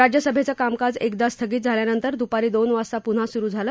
राज्यसभेचं कामकाज एकदा स्थगित झाल्यानंतर दुपारी दोन वाजता पुन्हा सुरु झालं